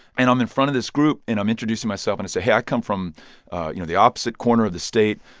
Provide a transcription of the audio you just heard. and i'm in front of this group. and i'm introducing myself. and i say, hey, i come from you know the opposite corner of the state,